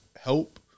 help